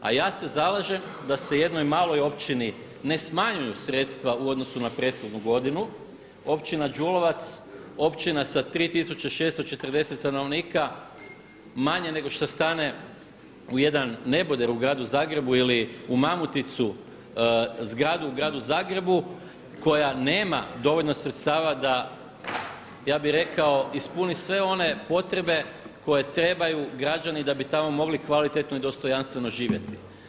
A ja se zalažem da se jednoj maloj općini ne smanjuju sredstva u odnosu na prethodnu godinu, općina Đulovac, općina sa 3640 stanovnika, manje nego što stane u jedan neboder u gradu Zagrebu ili u Mamuticu zgradu u gradu Zagrebu koja nema dovoljno sredstava da, ja bih rekao ispuni sve one potrebe koje trebaju građani da bi tamo mogli kvalitetno i dostojanstveno živjeti.